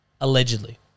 Allegedly